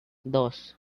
dos